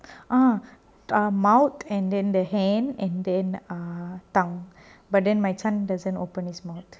ah the ah mouth and then the hand and then tongue but then my son doesn't open his mouth